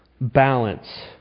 balance